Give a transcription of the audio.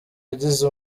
yigize